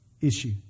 issue